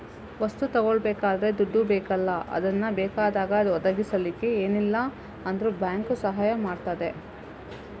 ವಸ್ತು ತಗೊಳ್ಬೇಕಾದ್ರೆ ದುಡ್ಡು ಬೇಕಲ್ಲ ಅದನ್ನ ಬೇಕಾದಾಗ ಒದಗಿಸಲಿಕ್ಕೆ ಏನಿಲ್ಲ ಅಂದ್ರೂ ಬ್ಯಾಂಕು ಸಹಾಯ ಮಾಡ್ತದೆ